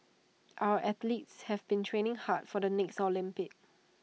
our athletes have been training hard for the next Olympics